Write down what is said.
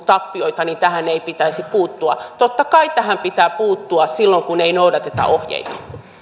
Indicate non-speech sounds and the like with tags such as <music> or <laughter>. <unintelligible> tappioita niin tähän ei pitäisi puuttua totta kai tähän pitää puuttua silloin kun ei noudateta ohjeita